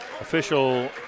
official